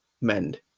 mend